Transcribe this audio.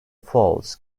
faults